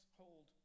hold